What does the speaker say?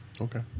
Okay